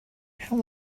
how